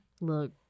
Look